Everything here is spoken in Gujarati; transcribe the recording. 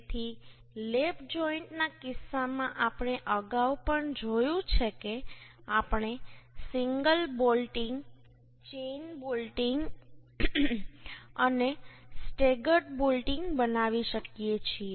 તેથી લેપ જોઈન્ટના કિસ્સામાં આપણે અગાઉ પણ જોયું છે કે આપણે સિંગલ બોલ્ટિંગ ચેઈન બોલ્ટિંગ અને સ્ટેગર્ડ બોલ્ટિંગ બનાવી શકીએ છીએ